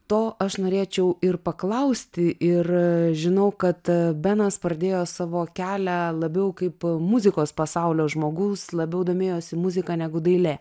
to aš norėčiau ir paklausti ir žinau kad benas pradėjo savo kelią labiau kaip muzikos pasaulio žmogus labiau domėjosi muzika negu dailė